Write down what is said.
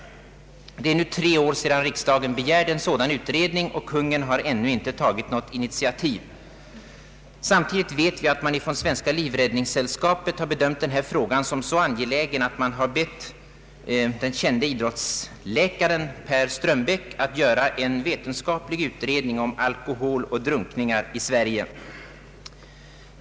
Det är nu tre år sedan riksdagen begärde en sådan utredning, och Kungl. Maj:t har ännu inte tagit något initiativ. Samtidigt har Svenska livräddningssällskapet bedömt denna fråga som så angelägen ait man har bett den kände idrottsläkaren Per Strömbäck att göra en vetenskaplig utredning om alkohol och drunkningar i Sverige.